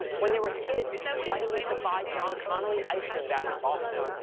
when they were kids, whitey used to buy john connolly ice cream back in boston.